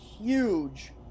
huge